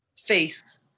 face